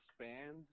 expand